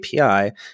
API